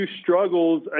struggles